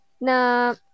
na